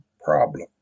problem